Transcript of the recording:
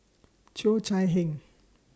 Cheo Chai Hiang